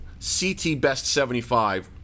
CTBest75